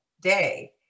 day